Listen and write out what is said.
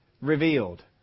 revealed